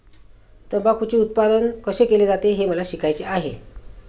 तंबाखूचे उत्पादन कसे केले जाते हे मला शिकायचे आहे